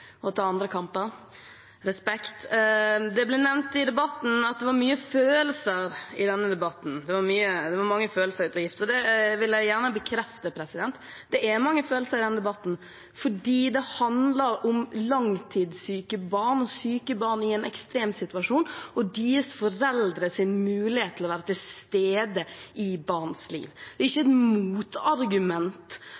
og ta andre kamper – respekt! Det ble nevnt i debatten at det er mye følelser i denne debatten. Det vil jeg gjerne bekrefte. Det er mange følelser i denne debatten fordi det handler om langtidssyke barn, syke barn i en ekstrem situasjon og deres foreldres mulighet til å være til stede i barnas liv. Det er ikke